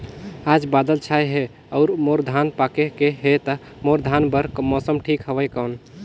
आज बादल छाय हे अउर मोर धान पके हे ता मोर धान बार मौसम ठीक हवय कौन?